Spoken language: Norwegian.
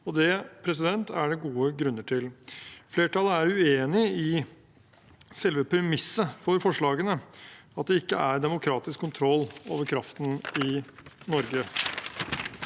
og det er det gode grunner til. Flertallet er uenig i selve premisset for forslagene, at det ikke er demokratisk kontroll over kraften i Norge.